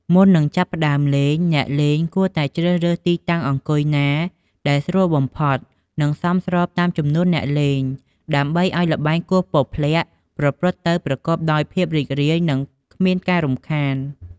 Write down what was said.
មុននឹងចាប់ផ្ដើមលេង អ្នកលេងគួរតែជ្រើសរើសទីតាំងអង្គុយណាដែលស្រួលបំផុត និងសមស្របតាមចំនួនអ្នកលេង ដើម្បីឱ្យល្បែងគោះពព្លាក់ប្រព្រឹត្តទៅប្រកបដោយភាពរីករាយ និងគ្មានការរំខាន។